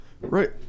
right